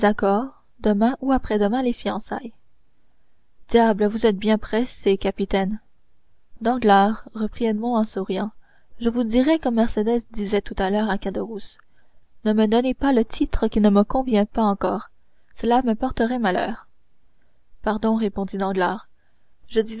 demain ou après-demain les fiançailles diable vous êtes bien pressé capitaine danglars reprit edmond en souriant je vous dirai comme mercédès disait tout à l'heure à caderousse ne me donnez pas le titre qui ne me convient pas encore cela me porterait malheur pardon répondit danglars je